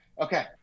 Okay